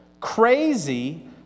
crazy